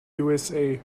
usa